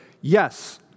Yes